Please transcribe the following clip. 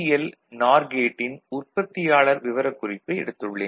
L நார் கேட்டின் உற்பத்தியாளர் விவரக்குறிப்பை எடுத்துள்ளேன்